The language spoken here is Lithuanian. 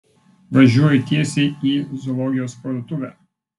važiuoju tiesiai į zoologijos parduotuvę